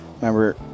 remember